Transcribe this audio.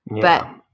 but-